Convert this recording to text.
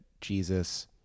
Jesus